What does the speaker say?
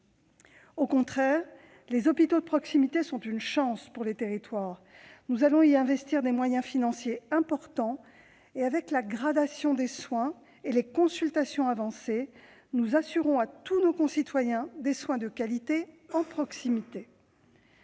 Au contraire, les hôpitaux de proximité sont une chance pour les territoires, nous allons y investir des moyens financiers importants et, avec la gradation des soins et les consultations avancées, nous assurons à tous nos concitoyens des soins de qualité en proximité.